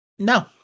No